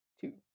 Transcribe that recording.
Two